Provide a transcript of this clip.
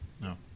No